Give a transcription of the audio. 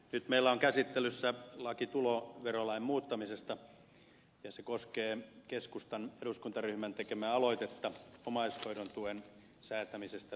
nyt meillä on käsittelyssä laki tuloverolain muuttamisesta ja se koskee keskustan eduskuntaryhmän tekemää aloitetta omaishoidon tuen säätämisestä verovapaaksi tuloksi